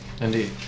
Indeed